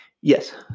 Yes